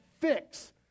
fix